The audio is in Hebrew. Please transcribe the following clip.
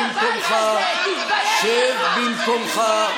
שב במקומך.